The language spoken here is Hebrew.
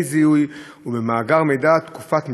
במסמכי זיהוי ובמאגר מידע (תקופת מבחן)